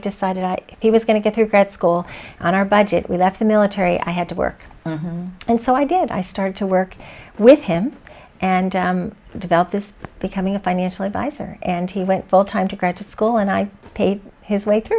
decided he was going to get through grad school on our budget we left the military i had to work and so i did i started to work with him and develop this becoming a financial advisor and he went full time to grad school and i paid his way through